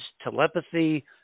telepathy